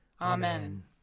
Amen